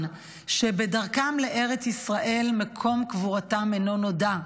שבדרכם לארץ ישראל מקום קבורתם אינו נודע.